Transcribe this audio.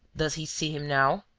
does he see him now?